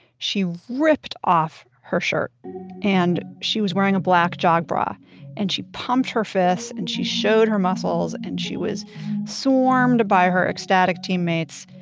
she ripped off her shirt and she was wearing a black jog bra and she pumped her fist and she showed her muscles and she was swarmed by her ecstatic teammates.